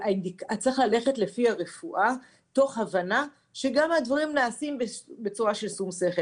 צריך ללכת לפי הרפואה תוך הבנה שגם הדברים נעשים בצורה מושכלת.